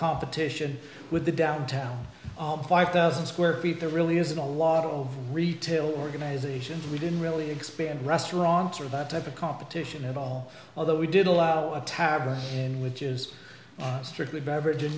competition with the downtown five thousand square feet there really isn't a lot of retail organization we didn't really expand restaurants or that type of competition at all although we did allow a tablet in which is strictly beverage